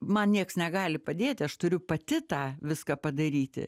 man nieks negali padėti aš turiu pati tą viską padaryti